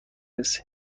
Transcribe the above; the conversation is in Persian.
رسی